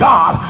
God